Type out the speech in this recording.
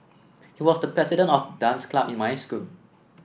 he was the president of dance club in my school